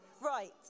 Right